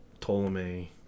ptolemy